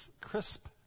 crisp